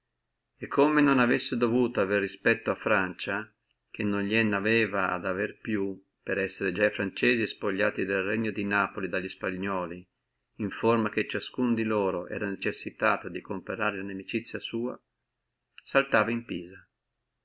e come non avessi avuto ad avere respetto a francia ché non gnene aveva ad avere più per essere di già franzesi spogliati del regno dalli spagnoli di qualità che ciascuno di loro era necessitato comperare lamicizia sua e saltava in pisa